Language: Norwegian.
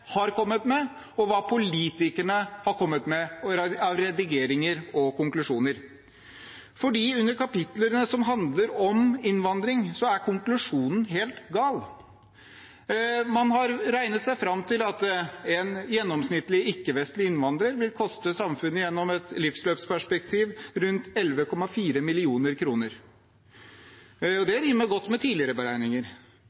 har kommet med, og hva politikerne har kommet med av redigeringer og konklusjoner, for under kapitlene som handler om innvandring, er konklusjonen helt gal. Man har regnet seg fram til at en gjennomsnittlig ikke-vestlig innvandrer vil koste samfunnet rundt 11,4 mill. kr i et livsløpsperspektiv.